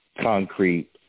concrete